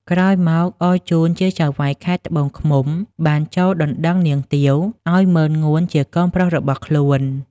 ក្រោយមកអរជូនជាចៅហ្វាយខេត្តត្បូងឃ្មុំបានចួលដណ្តឹងនាងទាវ ឲ្យម៉ឺនងួនជាកូនប្រុសរបស់ខ្លួន ។